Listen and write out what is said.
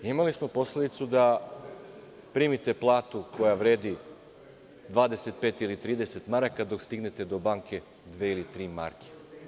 Imali posledicu da primite platu koja vredi 25 ili 30 maraka, stigne do banke, dve ili tri marke.